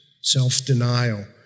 self-denial